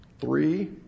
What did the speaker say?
Three